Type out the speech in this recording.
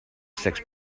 six